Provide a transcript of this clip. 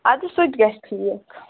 اَدٕ سُہ تہِ گژھِ ٹھیٖک